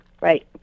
Right